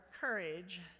courage